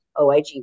OIG